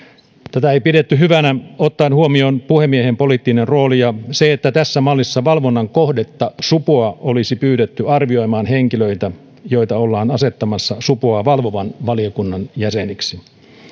tätä ei pidetty hyvänä ottaen huomioon puhemiehen poliittinen rooli ja se että tässä mallissa valvonnan kohdetta supoa olisi pyydetty arvioimaan henkilöitä joita ollaan asettamassa supoa valvovan valiokunnan jäseniksi